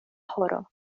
horo